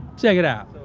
check it out.